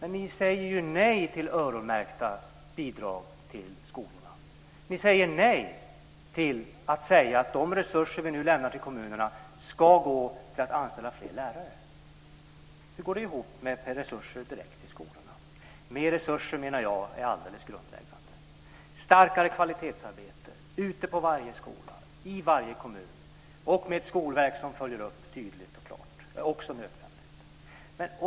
Men ni säger ju nej till öronmärkta bidrag till skolorna. Hur går det ihop med kravet på mer resurser direkt ut i skolorna? Mer resurser, menar jag, är alldeles grundläggande. Starkare kvalitetsarbete ute på varje skola i varje kommun, med ett skolverk som följer upp tydligt och klart, är också nödvändigt.